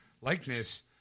likeness